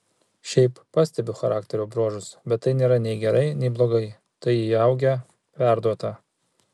šiaip pastebiu charakterio bruožus bet tai nėra nei gerai nei blogai tai įaugę perduota